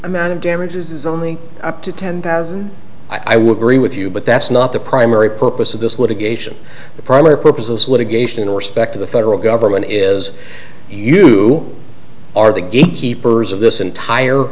amount of damages is only up to ten thousand i would agree with you but that's not the primary purpose of this litigation the primary purpose as litigation in respect of the federal government is you are the gatekeepers of this entire